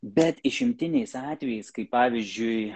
bet išimtiniais atvejais kai pavyzdžiui